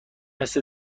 مثل